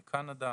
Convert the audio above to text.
וקנדה.